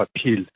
Appeal